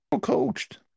coached